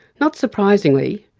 not surprisingly,